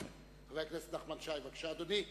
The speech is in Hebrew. חבר הכנסת נחמן שי, בבקשה, אדוני.